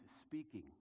speaking